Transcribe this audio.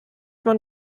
man